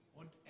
und